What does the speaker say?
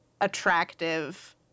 attractive